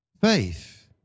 faith